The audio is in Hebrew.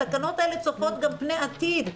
התקנות האלה צופות גם פני עתיד,